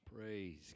Praise